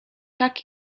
tak